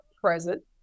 present